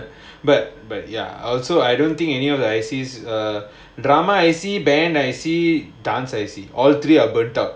but but ya I also I don't think any of the I_C err drama I_C band I_C dance I_C all three are agenda